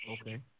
Okay